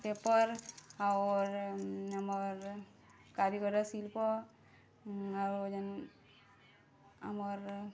paper ଔର୍ ଆମର୍ କାରିଗର ଶିଲ୍ପ ଯେନ୍ ଆମର୍